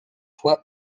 fois